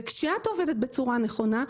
וכשאת עובדת בצורה נכונה,